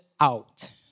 out